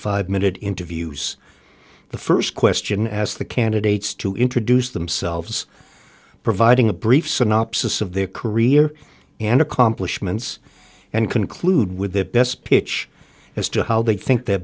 five minute interviews the first question asked the candidates to introduce themselves providing a brief synopsis of their career and accomplishments and conclude with the best pitch as to how they think their